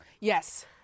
Yes